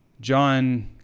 John